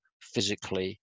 physically